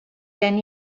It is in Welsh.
gen